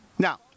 Now